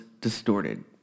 distorted